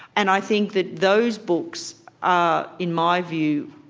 and i think that those books are, in my view,